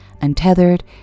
untethered